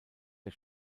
der